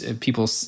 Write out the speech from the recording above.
people